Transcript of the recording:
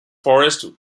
forest